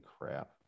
crap